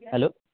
hello